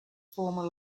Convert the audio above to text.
former